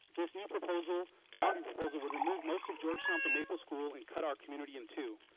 this new proposal boundary proposal would remove most of georgetown from maple school and cut our community in two.